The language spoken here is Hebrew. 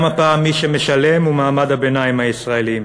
"; גם הפעם מי שישלם הוא מעמד הביניים הישראלי.